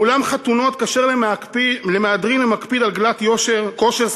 מאולם חתונות כשר למהדרין המקפיד על "גלאט כשר",